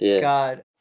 God